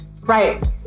Right